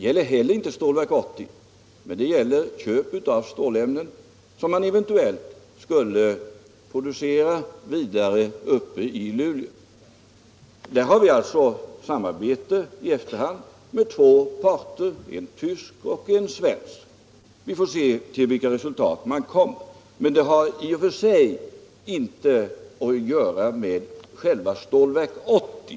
Dessa gäller inte Stålverk 80, utan de gäller köp av stålämnen som man eventuellt skulle bearbeta vidare uppe i Luleå. Här har vi alltså ett samarbete i efterhand med två parter, en tysk och en svensk. Vi får se vilka resultat man kommer till. Men det har i och för sig inte någonting att göra med själva Stålverk 80.